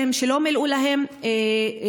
אוכלוסיות, אלה שלא מלאו להם 20,